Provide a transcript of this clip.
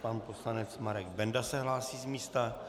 Pan poslanec Marek Benda se hlásí z místa.